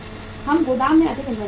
हम गोदाम में अधिक इन्वेंट्री रखते हैं